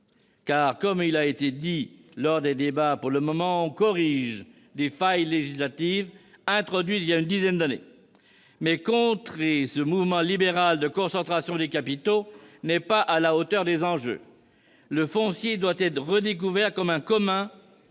Comme cela a été dit lors des débats, pour le moment, on corrige des failles législatives introduites voilà une dizaine d'années. Mais contrer ce mouvement libéral de concentration des capitaux n'est pas à la hauteur des enjeux. Le foncier doit être redécouvert comme un élément commun,